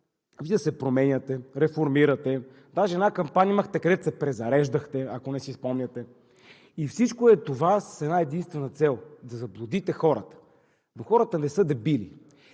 Вие се променяте, реформирате, даже имахте една кампания, където се презареждахте, ако не си спомняте! И всичко това е с една-единствена цел – да заблудите хората. Но хората не са дебили.